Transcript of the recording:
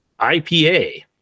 IPA